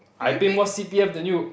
I pay more c_p_f than you